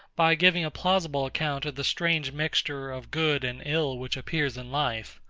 by giving a plausible account of the strange mixture of good and ill which appears in life.